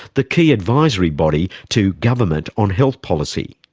the key advisory body to government on health policy.